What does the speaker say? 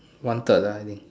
one third [la] I think